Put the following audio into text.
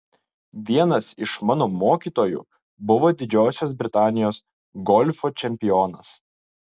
vienas iš mano mokytojų buvo didžiosios britanijos golfo čempionas